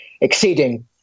exceeding